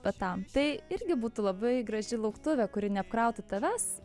va tam tai irgi būtų labai graži lauktuvė kuri neapkrautų tavęs